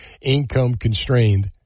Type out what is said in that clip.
income-constrained